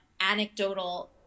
anecdotal